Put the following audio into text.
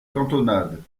cantonade